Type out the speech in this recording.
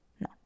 No